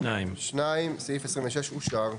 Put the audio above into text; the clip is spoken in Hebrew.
הצבעה בעד 4 נמנעים 2 אושר.